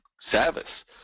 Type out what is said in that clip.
service